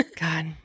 god